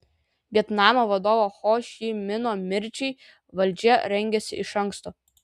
vietnamo vadovo ho ši mino mirčiai valdžia rengėsi iš anksto